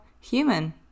human